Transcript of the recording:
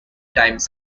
times